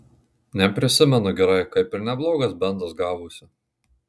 neprisimenu gerai kaip ir neblogas bendas gavosi